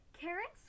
Carrots